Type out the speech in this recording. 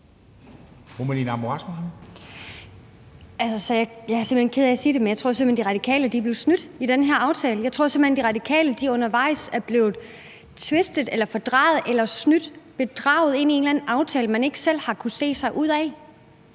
jeg er ked af at sige det, men jeg tror simpelt hen, at De Radikale er blevet snydt i den her aftale. Jeg tror simpelt hen, De Radikale undervejs er blevet snydt og bedraget ind i en eller anden aftale, de ikke selv har kunnet se sig ud af.